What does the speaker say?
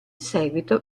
seguito